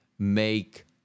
make